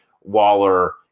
Waller